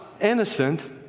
innocent